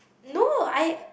no I